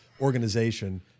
organization